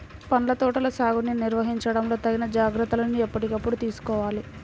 పండ్ల తోటల సాగుని నిర్వహించడంలో తగిన జాగ్రత్తలను ఎప్పటికప్పుడు తీసుకోవాలి